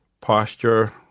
posture